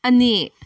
ꯑꯅꯤ